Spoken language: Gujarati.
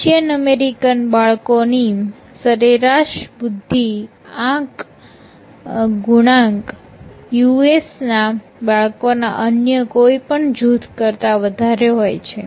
એશિયન અમેરિકન બાળકો ની સરેરાશ બુદ્ધિ આંક ગુણાંક યુએસના બાળકોના અન્ય કોઈ પણ જૂથ કરતાં વધારે હોય છે